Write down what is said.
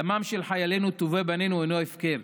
דמם של חיילינו, טובי בנינו, אינו הפקר.